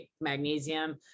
magnesium